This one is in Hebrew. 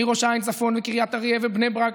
מראש העין צפון לקריית אריה ובני ברק,